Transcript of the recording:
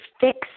fix